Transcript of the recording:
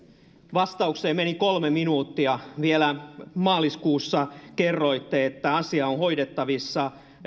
vastaukseen meni kolme minuuttia vielä maaliskuussa kerroitte että asia on hoidettavissa